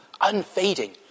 Unfading